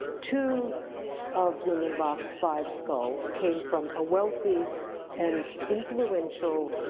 two of blumenbach's five skull scame from a wealthy and influential,